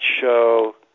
Show